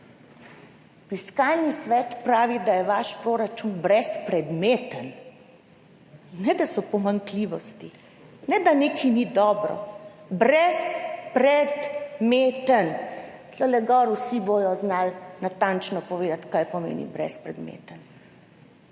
Fiskalni svet pravi, da je vaš proračun brezpredmeten. Ne ne da so pomanjkljivosti, ne da nekaj ni dobro, brezpredmeten. Tukaj zgoraj bodo vsi znali natančno povedati, kaj pomeni brezpredmeten.